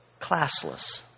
classless